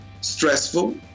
stressful